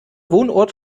wohnort